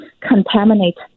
contaminate